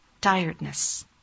tiredness